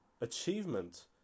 achievement